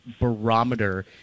Barometer